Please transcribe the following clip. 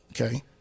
Okay